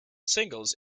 singles